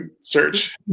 search